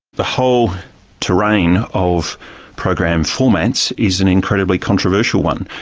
the whole terrain of program formats is an incredibly controversial one.